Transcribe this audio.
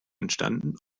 entstanden